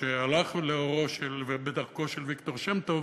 שהלך לאורו ובדרכו של ויקטור שם-טוב,